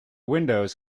windows